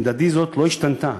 עמדתי זאת לא השתנתה.